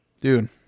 Dude